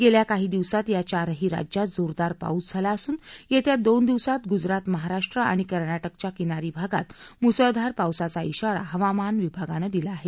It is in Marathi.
गेल्या काही दिवसात या चारही राज्यात जोरदार पाऊस झाला असून येत्या दोन दिवसात गुजरात महाराष्ट्र आणि कर्नाटकच्या किनारी भागात मुसळधार पावसाचा इशारा हवामान विभागांनं दिला आहे